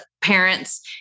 parents